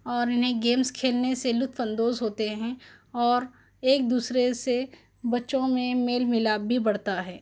اور انہیں گیمس کھیلنے سے لطف اندوز ہوتے ہیں اور ایک دوسرے سے بچوں میں میل ملاپ بھی بڑھتا ہے